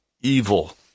evil